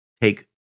take